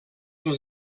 les